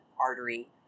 artery